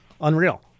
Unreal